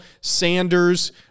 Sanders